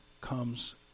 comes